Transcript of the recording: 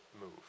move